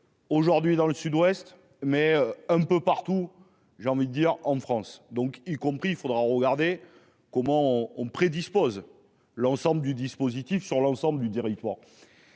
Aujourd'hui, dans le Sud-Ouest, mais un peu partout, j'ai envie de dire, en France, donc y compris il faudra regarder comment on prédisposent l'ensemble du dispositif sur l'ensemble du territoire.